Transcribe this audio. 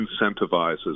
incentivizes